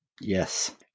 Yes